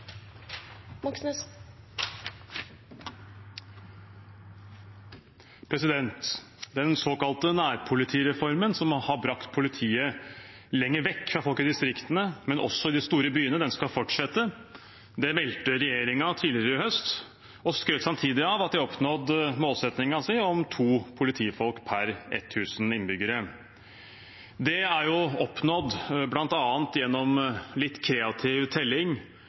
Den såkalte nærpolitireformen, som har brakt politiet lenger vekk fra folk i distriktene, men også i de store byene, skal fortsette. Det meldte regjeringen tidligere i høst og skrøt samtidig av at de har oppnådd målsettingen sin om to politifolk per 1 000 innbyggere. Det er oppnådd bl.a. gjennom litt kreativ telling,